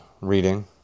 reading